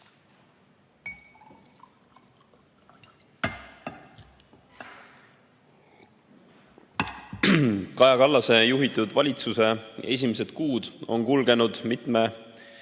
Kaja Kallase juhitud valitsuse esimesed kuud on kulgenud mitme